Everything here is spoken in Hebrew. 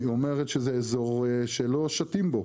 היא אומרת שזה אזור שלא שטים בו,